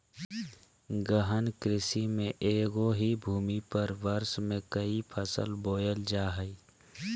गहन कृषि में एगो ही भूमि पर वर्ष में क़ई फसल बोयल जा हइ